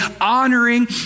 honoring